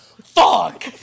Fuck